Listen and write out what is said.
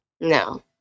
No